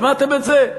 שמעתם את זה?